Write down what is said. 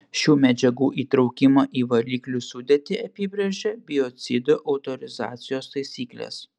šių medžiagų įtraukimą į valiklių sudėtį apibrėžia biocidų autorizacijos taisyklės